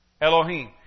Elohim